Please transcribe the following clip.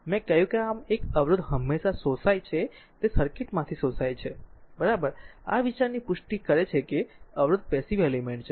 મેં કહ્યું કે આમ એક અવરોધ હંમેશા શોષાય છે તે સર્કિટમાંથી શોષાય છે બરાબર આ વિચારની પુષ્ટિ કરે છે કે અવરોધ પેસીવ એલિમેન્ટ છે